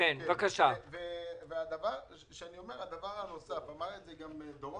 דבר נוסף, כפי שאמר גם דרור